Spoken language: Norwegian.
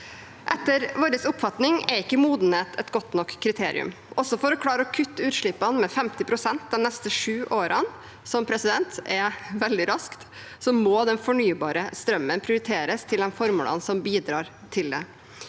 Etter vår oppfatning er ikke modenhet et godt nok kriterium. Også for å klare å kutte utslippene med 50 pst. de neste sju årene, som er veldig raskt, må den fornybare strømmen prioriteres til de formålene som bidrar til det.